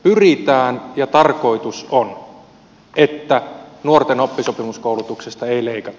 pyritään ja tarkoitus on että nuorten oppisopimuskoulutuksesta ei leikata